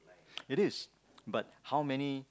it is but how many